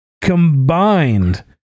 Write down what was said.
combined